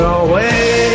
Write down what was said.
away